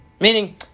Meaning